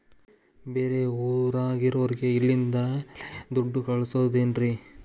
ಬೇರೆ ಊರಾಗಿರೋರಿಗೆ ಇಲ್ಲಿಂದಲೇ ದುಡ್ಡು ಕಳಿಸ್ಬೋದೇನ್ರಿ?